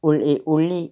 ഉള്ളി ഉള്ളി